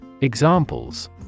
Examples